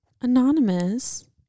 Anonymous